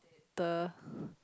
the